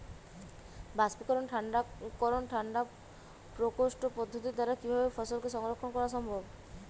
বাষ্পীকরন ঠান্ডা করণ ঠান্ডা প্রকোষ্ঠ পদ্ধতির দ্বারা কিভাবে ফসলকে সংরক্ষণ করা সম্ভব?